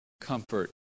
comfort